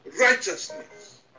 righteousness